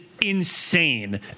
insane